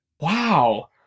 Wow